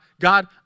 God